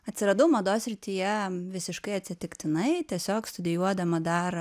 atsiradau mados srityje visiškai atsitiktinai tiesiog studijuodama dar